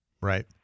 right